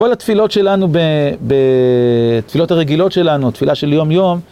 כל התפילות שלנו, בתפילות הרגילות שלנו, תפילה של יום-יום